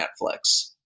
Netflix